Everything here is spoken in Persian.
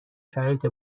شرایط